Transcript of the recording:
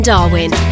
Darwin